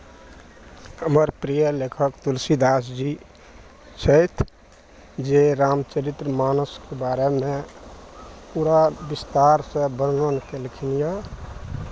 हमर प्रिय लेखक तुलसीदास जी छथि जे राम चरित मानसके बारेमे पूरा विस्तारसँ वर्णन केलखिन यए